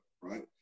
right